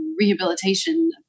rehabilitation